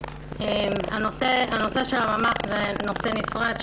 הנושא של הממ"ח הוא נושא נפרד,